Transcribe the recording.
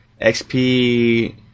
XP